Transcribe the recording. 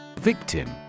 Victim